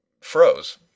froze